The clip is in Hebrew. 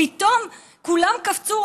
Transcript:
פתאום כולם קפצו,